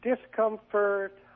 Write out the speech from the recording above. discomfort